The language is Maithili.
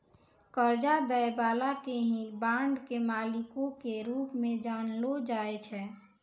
कर्जा दै बाला के ही बांड के मालिको के रूप मे जानलो जाय छै